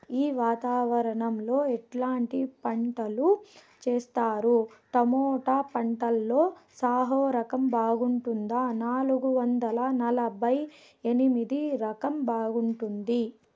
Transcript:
ఈ వాతావరణం లో ఎట్లాంటి పంటలు చేస్తారు? టొమాటో పంటలో సాహో రకం బాగుంటుందా నాలుగు వందల నలభై ఎనిమిది రకం బాగుంటుందా?